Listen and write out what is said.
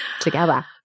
together